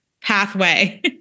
pathway